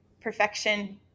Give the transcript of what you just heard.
Perfection